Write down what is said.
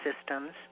systems